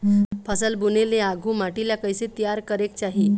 फसल बुने ले आघु माटी ला कइसे तियार करेक चाही?